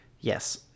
Yes